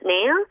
now